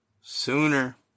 sooner